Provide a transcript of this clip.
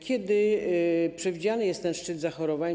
Kiedy przewidziany jest szczyt zachorowań?